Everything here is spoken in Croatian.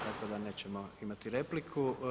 Tako da nećemo imati repliku.